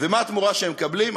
ומה התמורה שהם מקבלים?